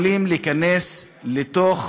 יכולה להיכנס לתוך